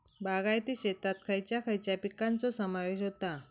बागायती शेतात खयच्या खयच्या पिकांचो समावेश होता?